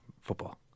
football